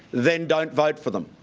then don't vote for them.